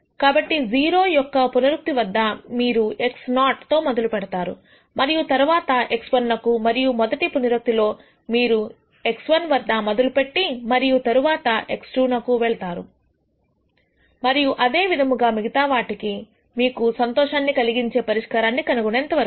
కాబట్టి 0 యొక్క పునరుక్తి వద్ద మీరు x0 తో మొదలుపెడతారు మరియు తరువాత x1 నకు మరియు మొదటి పునరుక్తి లో మీరు x1 వద్ద మొదలుపెట్టి మరియు తరువాత x2 నకు వెళ్తారు మరియు అదేవిధముగా మిగతా వాటికి మీకు సంతోషాన్ని కలిగించే పరిష్కారాన్ని కనుగొనే వరకూ